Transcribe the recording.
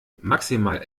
maximal